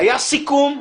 היה סיכום.